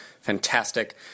fantastic